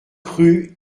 rue